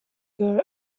girl